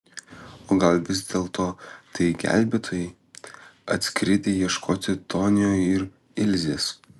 o gal vis dėlto tai gelbėtojai atskridę ieškoti tonio ir ilzės